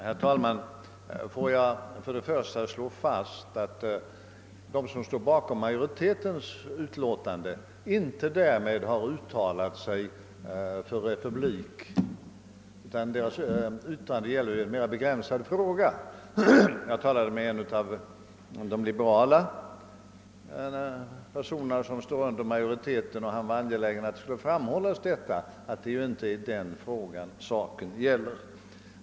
Herr talman! Får jag först slå fast, att de som har ställt sig bakom majoritetens utlåtande inte därmed har uttalat sig för republik. Deras yttrande gäller en mer begränsad fråga. Jag har talat med en av de liberala personer som tillhör majoriteten i utskottet, och han var angelägen om att det skulle framhållas, att det inte är den saken frågan gäller.